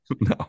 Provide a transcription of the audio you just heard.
No